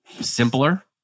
simpler